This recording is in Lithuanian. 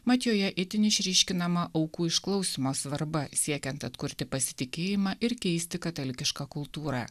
mat joje itin išryškinama aukų išklausymo svarba siekiant atkurti pasitikėjimą ir keisti katalikišką kultūrą